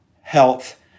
health